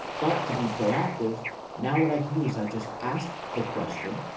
but to be proactive now what i can do is i just asked the question.